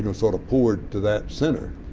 you know sort of poured to that center.